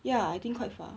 ya I think quite far